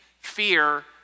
fear